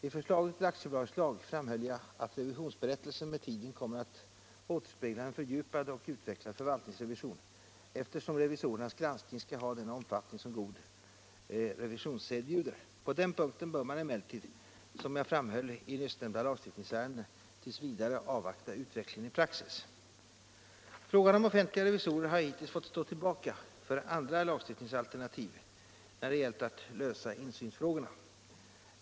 I förslaget till aktiebolagslag framhöll jag att revisionsberättelsen med tiden kommer att återspegla en fördjupad och utvecklad förvaltningsrevision, eftersom revisorernas granskning skall ha den omfattning som god revisionssed bjuder. På den punkten bör man emellertid, som jag framhöll i nyssnämnda lagstiftningsärende, t. v. avvakta utvecklingen i praxis. Frågan om offentliga revisorer har hittills fått stå tillbaka för andra lagstiftningsalternativ när det gäller att lösa insynsfrågorna.